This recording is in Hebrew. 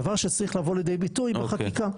דבר שצריך לבוא לידי ביטוי בחקיקה.